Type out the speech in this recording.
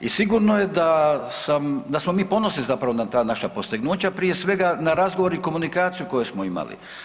I sigurno je da sam, da smo mi ponosni zapravo na ta naša postignuća, prije svega na razgovor i komunikaciju koju smo imali.